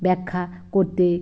ব্যাখ্যা করতে